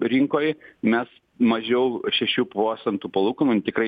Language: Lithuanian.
rinkoj mes mažiau šešių procentų palūkanų tikrai